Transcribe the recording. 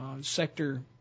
sector